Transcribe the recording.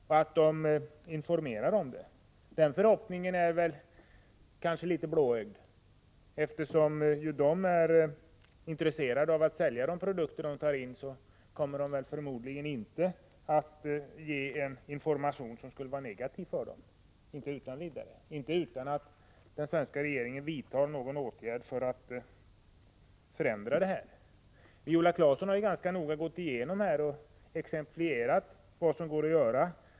Men förhoppningen att de skulle informera om det är kanske litet blåögd. Eftersom de är intresserade av att sälja de produkter de tar in, kommer de förmodligen inte att lämna en information som är negativ för dem — inte utan vidare, inte utan att den svenska regeringen vidtar någon åtgärd för att förändra läget. Viola Claesson har ganska noga gått igenom frågan och exemplifierat vad som går att göra.